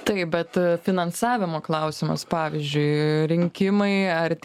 taip bet a finansavimo klausimas pavyzdžiui rinkimai artėja